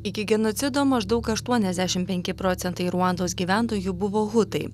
iki genocido maždaug aštuoniasdešim penki procentai ruandos gyventojų buvo hutai